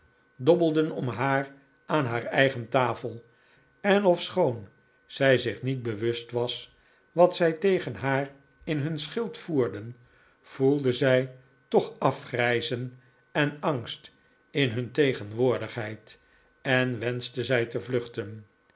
dobbelden om haar aan haar eigen tafel en ofschoon zij zich niet bewust was wat zij tegen haar in hun schild voerden voelde zij toch afgrijzen en angst in hun tegenwoordigheid en wenschte zij te vluchten